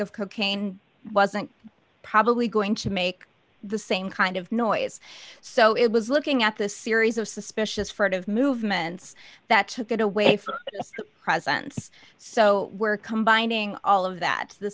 of cocaine wasn't probably going to make the same kind of noise so it was looking at this series of suspicious furtive movements that took it away from presence so we're combining all of that the